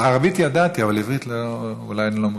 על ערבית ידעתי, אבל עברית אולי אני לא מעודכן.